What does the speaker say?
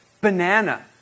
banana